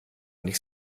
nicht